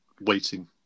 waiting